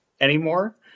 anymore